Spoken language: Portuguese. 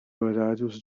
horários